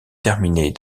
terminer